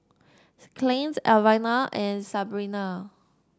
Clint Ivana and Sabina